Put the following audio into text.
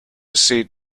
seed